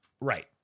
right